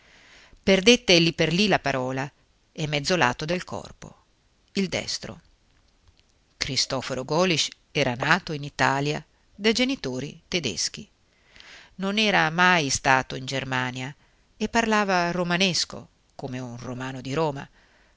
perdette lì per lì la parola e mezzo lato del corpo il destro cristoforo golisch era nato in italia da genitori tedeschi non era mai stato in germania e parlava romanesco come un romano di roma